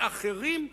ואחרים,